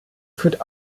führt